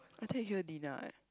I think he'll dinner eh